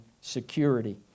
security